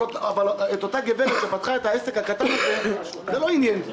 אבל את אותה גברת שפתחה את העסק הקטן הזה זה לא עניין.